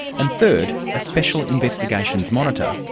and third, a special investigations monitor,